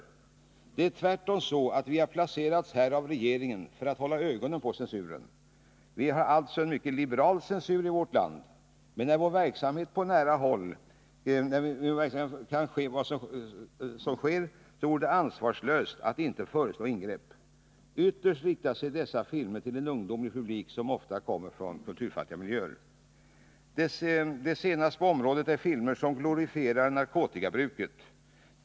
Det är tvärtom så att vi har placerats här av regeringen för att hålla ögonen på censuren. Vi har alltså en mycket liberal censur i vårt land. Men när vi i vår verksamhet på nära håll kan följa vad som sker vore det ansvarslöst att inte föreslå ingrepp. Ytterst riktar sig dessa filmer till en ungdomlig publik som ofta kommer från kulturfattiga miljöer. Det senaste på området är filmer som glorifierar narkotikabruket.